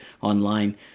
online